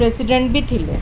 president ବି ଥିଲେ